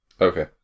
Okay